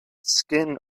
skin